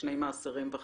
שני מעשרות וחצי.